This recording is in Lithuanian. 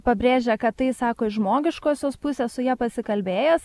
pabrėžia kad tai sako iš žmogiškosios pusės su ja pasikalbėjęs